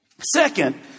Second